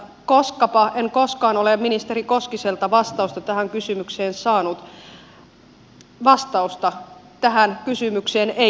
koskapa en koskaan ole ministeri koskiselta vastausta tähän kysymykseen saanut vastausta tähän kysymykseen ei ole